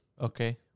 Okay